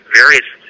various